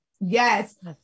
Yes